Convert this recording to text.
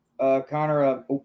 Connor